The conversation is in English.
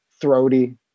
throaty